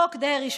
חוק דרעי,